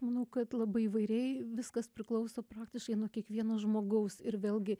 manau kad labai įvairiai viskas priklauso praktiškai nuo kiekvieno žmogaus ir vėlgi